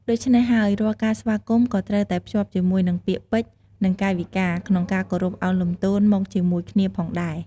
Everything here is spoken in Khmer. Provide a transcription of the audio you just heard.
ដូច្នេះហើយ រាល់ការស្វាគមន៍ក៏ត្រូវតែភ្ចាប់ជាមួយនឹង ពាក្យពេចន៍ និងកាយវិការ ក្នុងការគោរពឱនលំទោនមកជាមួយគ្នាផងដែរ។